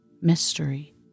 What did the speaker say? mystery